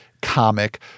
comic